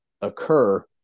occur